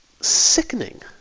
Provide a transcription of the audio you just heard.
sickening